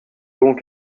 donc